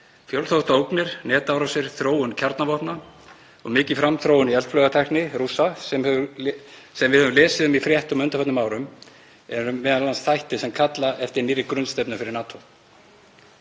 Fjölþáttaógnir, netárásir, þróun kjarnavopna og mikil framþróun í eldflaugatækni Rússa, sem við höfum lesið um í fréttum á undanförnum árum, eru m.a. þættir sem kalla eftir nýrri grunnstefnu fyrir NATO.